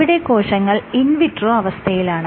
ഇവിടെ കോശങ്ങൾ in vitro അവസ്ഥയിലാണ്